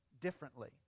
differently